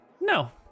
No